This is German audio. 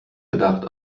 gedacht